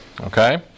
Okay